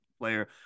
player